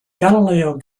galileo